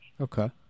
Okay